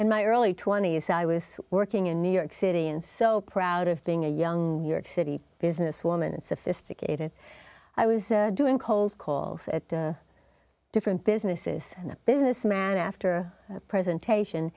in my early twenty's i was working in new york city and so proud of being a young york city business woman sophisticated i was doing cold calls at different businesses and a business man after a presentation